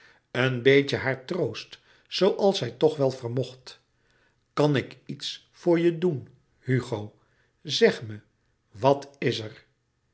een beetje haar troost zooals zij toch wèl vermocht louis couperus metamorfoze kan ik iets voor je doen hugo zeg me wat is er